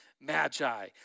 magi